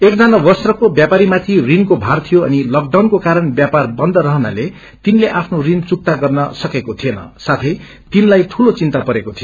एकमना वस्त्रको ब्यापरीमाथि ऋणको भार थियो अनि लकडाउनको कारण व्यापर बन्द रहनाले तिनले आफ्नो ऋण चुक्ता गर्न सकेक्रे थिएन साथै तिनलाई दूलो चिन्ता परेको थियो